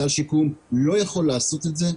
סל שיקום לא יכול לעשות את זה,